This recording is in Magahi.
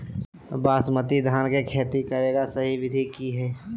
बासमती धान के खेती करेगा सही विधि की हय?